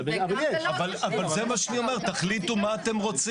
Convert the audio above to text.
אבל זה מה שאני אומר תחליטו מה אתם רוצים.